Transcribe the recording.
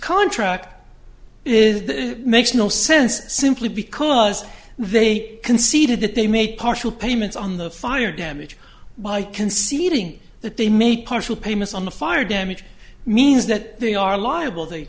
contract makes no sense simply because they conceded that they made partial payments on the fire damaged by conceding that they made partial payments on the fire damage means that they are liable they